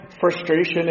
frustration